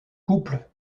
couple